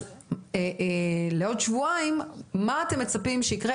אז לעוד שבועיים מה אתם מצפים שיקרה,